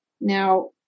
Now